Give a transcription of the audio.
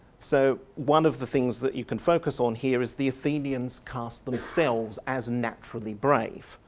so one of the things that you can focus on here is the athenians cast themselves as naturally brave,